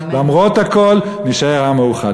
למרות הכול נישאר עם מאוחד.